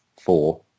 four